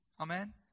Amen